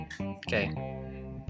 okay